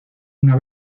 una